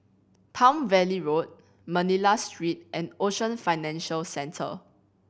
Palm Valley Road Manila Street and Ocean Financial Centre